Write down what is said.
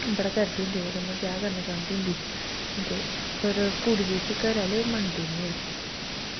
बड़ा करदी होंदी ओह्दे कन्नै ब्याह् करना चाहंदी ओह्दे कन्नै पर कुड़ियै दे जेह्के घरै आह्ले मनदे निं हैन